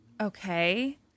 Okay